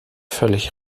völlig